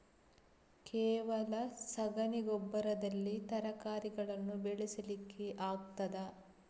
ಕೇವಲ ಸಗಣಿ ಗೊಬ್ಬರದಲ್ಲಿ ತರಕಾರಿಗಳನ್ನು ಬೆಳೆಸಲಿಕ್ಕೆ ಆಗ್ತದಾ?